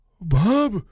Bob